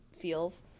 feels